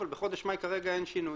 אבל בחודש מאי כרגע אין שינוי.